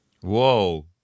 Whoa